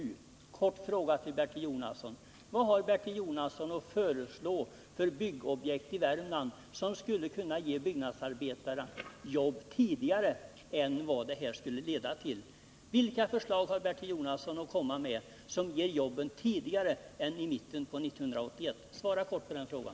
Jag vill ställa en fråga till Bertil Jonasson: Vad har Bertil Jonasson att föreslå för byggobjekt i Värmland som skulle kunna ge byggnadsarbetarna jobb tidigare än det föreliggande förslaget skulle göra? Vilka förslag har Bertil Jonasson att komma med som ger jobben tidigare än i mitten av 1981? Svara kort på den frågan!